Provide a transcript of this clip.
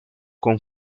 con